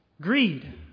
Greed